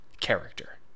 character